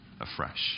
afresh